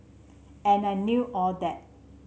and I knew all that